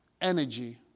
energy